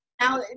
Now